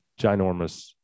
Ginormous